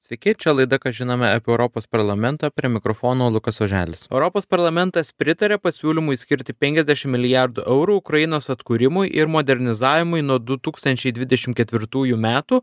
sveiki čia laida ką žinome apie europos parlamentą prie mikrofono lukas oželis europos parlamentas pritarė pasiūlymui skirti penkiasdešim milijardų eurų ukrainos atkūrimui ir modernizavimui nuo du tūkstančiai dvidešim ketvirtųjų metų